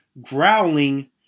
growling